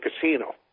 casino